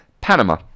Panama